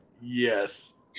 Yes